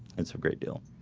it's a great deal